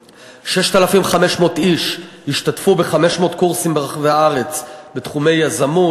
6,500 איש השתתפו ב-500 קורסים ברחבי הארץ בתחומי יזמות,